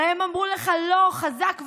הרי הם אמרו לך "לא" חזק וברור.